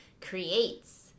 creates